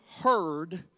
heard